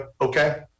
okay